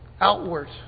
outward